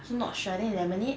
so sure I think lemonade